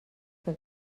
que